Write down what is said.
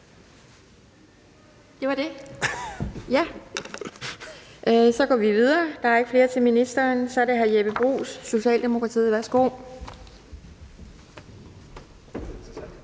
Det var det? Ja. Så går vi videre. Der er ikke flere bemærkninger til ministeren. Så er det hr. Jeppe Bruus, Socialdemokratiet. Værsgo.